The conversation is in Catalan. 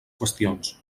qüestions